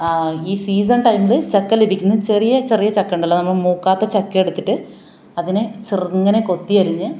ആ ഈ സീസൺ ടൈമിൽ ചക്ക ലഭിക്കുന്ന ചെറിയ ചെറിയ ചക്ക ഉണ്ടല്ലോ നമ്മള് മൂക്കാത്ത ചക്ക എടുത്തിട്ട് അതിനെ ചെറുങ്ങനെ കൊത്തി അരിഞ്ഞ്